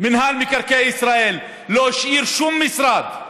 מינהל מקרקעי ישראל, לא השאיר שום משרד,